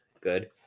good